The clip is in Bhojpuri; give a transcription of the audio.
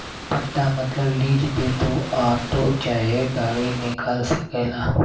पट्टा मतबल लीज पे तू आटो चाहे गाड़ी निकाल सकेला